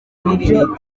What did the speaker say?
ibyo